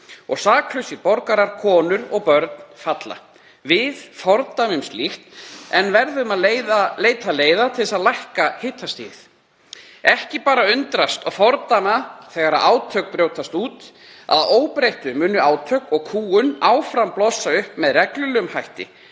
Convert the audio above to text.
og saklausir borgarar, konur og börn, falla. Við fordæmum slíkt en verðum að leita leiða til að lækka hitastigið, ekki bara undrast og fordæma þegar átök brjótast út. Að óbreyttu munu átök og kúgun áfram blossa upp með reglulegum hætti,